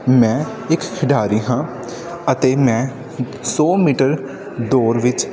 ਮੈਂ ਇੱਕ ਖਿਡਾਰੀ ਹਾਂ ਅਤੇ ਮੈਂ ਸੌ ਮੀਟਰ ਦੌੜ ਵਿੱਚ